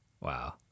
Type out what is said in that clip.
Wow